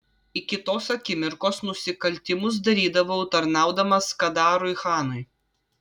iki tos akimirkos nusikaltimus darydavau tarnaudamas kadarui chanui